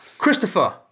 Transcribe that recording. Christopher